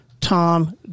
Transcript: Tom